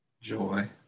joy